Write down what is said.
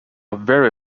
very